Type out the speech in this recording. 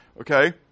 okay